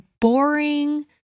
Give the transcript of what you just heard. boring